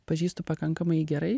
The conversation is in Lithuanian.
pažįstu pakankamai gerai